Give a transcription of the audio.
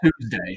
Tuesday